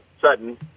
Sutton